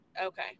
okay